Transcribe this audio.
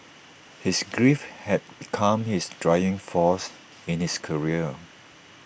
his grief had become his driving force in his career